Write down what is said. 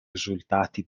risultati